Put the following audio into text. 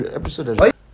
episode